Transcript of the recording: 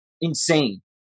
insane